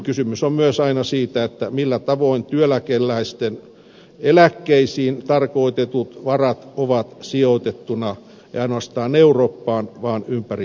kysymys on myös aina siitä millä tavoin työeläkeläisten eläkkeisiin tarkoitetut varat ovat sijoitettuna ei ainoastaan eurooppaan vaan ympäri maailmaa